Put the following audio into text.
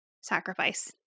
sacrifice